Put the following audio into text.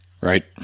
right